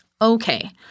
Okay